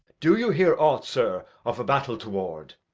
do you hear aught, sir, of a battle toward?